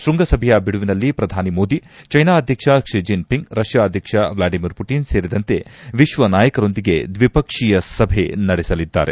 ಶೃಂಗಸಭೆಯ ಬಿಡುವಿನಲ್ಲಿ ಪ್ರಧಾನಿ ಮೋದಿ ಚೈನಾ ಅಧ್ಯಕ್ಷ ಕ್ಲಿ ಜಿನ್ಪಿಂಗ್ ರಷ್ಕಾ ಅಧ್ಯಕ್ಷ ವ್ಲಾಡಿಮಿರ್ ಮಟಿನ್ ಸೇರಿದಂತೆ ವಿಶ್ವ ನಾಯಕರೊಂದಿಗೆ ದ್ವೀಪಕ್ಷಿಯ ಸಭೆ ನಡೆಸಲಿದ್ದಾರೆ